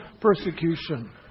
persecution